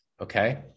okay